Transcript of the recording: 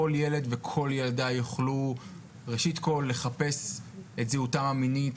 ילד וכל ילדה יוכלו לחפש את זהותם המינית,